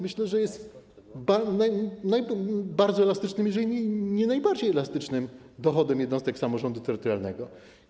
Myślę, że subwencja jest bardzo elastycznym, jeżeli nie najbardziej elastycznym dochodem jednostek samorządu terytorialnego.